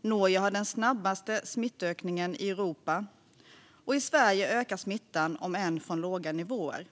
Norge har den snabbaste smittökningen i Europa och i Sverige ökar smittan, om än från låga nivåer.